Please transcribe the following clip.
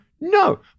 No